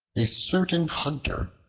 a certain hunter,